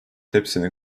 hepsinin